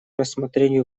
рассмотрению